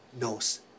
knows